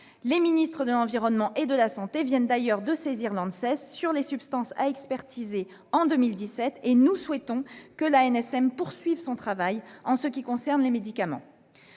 Les ministres de l'environnement et de la santé viennent d'ailleurs de saisir l'ANSES sur les substances à expertiser en 2017. Nous souhaitons que l'ANSM poursuive son travail en ce qui concerne les médicaments.